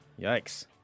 Yikes